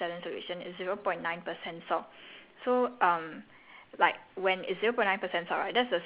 and seem it's uh saline solution itself right the regular saline solution is zero point nine percent salt